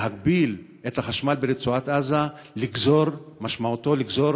להגביל את החשמל ברצועת עזה משמעותו לגזור